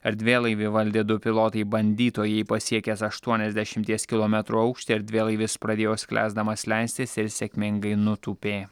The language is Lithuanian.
erdvėlaivį valdė du pilotai bandytojai pasiekęs aštuoniasdešimties kilometrų aukštį erdvėlaivis pradėjo sklęsdamas leistis ir sėkmingai nutūpė